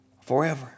forever